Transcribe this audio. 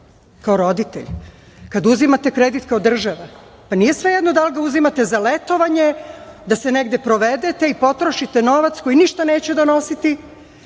kao roditelj, kada uzimate kredit kao država, pa nije svejedno da li ga uzimate za letovanje, da se negde provedete i potrošite novac koji ništa neće donositi